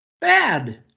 Bad